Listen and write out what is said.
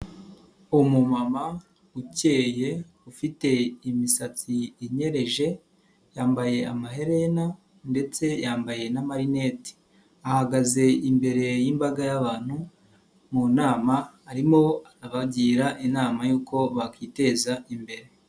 Umumama ukeye ufite imisatsi inyereje yambaye amaherena ndetse yambaye n'amarineti, ahagaze imbere y'imbaga y'abantu mu nama arimo abagira inama yuko bakiteza imbere.